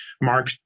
mark